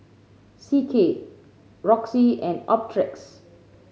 C K Roxy and Optrex